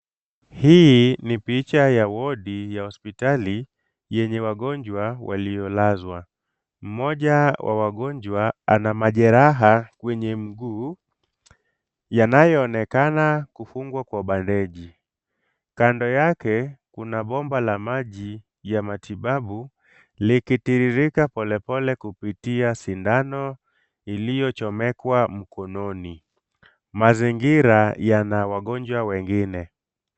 Hii ni picha ya wodi ya hospitali yenye wagonjwa waliolazwa. Mmoja wa wagonjwa ana majeraha kwenye mguu, yanayoonekana kufungwa kwa bandeji. Kando yake kuna bomba la maji ya matibabu, likitiririka polepole kupitia sindano iliyochomekwa mkononi. Mazingira yana wagonjwa wengine.